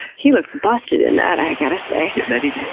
he looked busted in that i got to say. that he did.